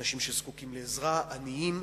אנשים שזקוקים לעזרה, עניים,